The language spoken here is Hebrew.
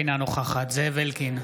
אינה נוכחת זאב אלקין,